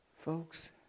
Folks